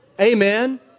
Amen